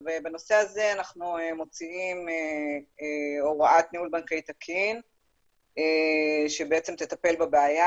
בנושא הזה אנחנו מוצאים הוראת ניהול בנקאי תקין שתטפל בבעיה